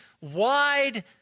wide